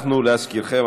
להזכירכם,